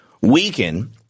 weaken